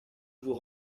vous